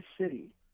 city